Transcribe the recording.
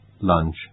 lunch